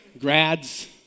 Grads